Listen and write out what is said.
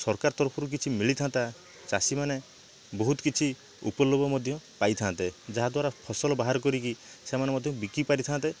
ସରକାର ତରଫରୁ କିଛି ମିଳିଥାନ୍ତା ଚାଷୀମାନେ ବହୁତ କିଛି ଉପଲୋଭ ମଧ୍ୟ ପାଇଥାନ୍ତେ ଯାହାଦ୍ୱାରା ଫସଲ ବାହାର କରିକି ସେମାନେ ମଧ୍ୟ ବିକିପାରିଥାନ୍ତେ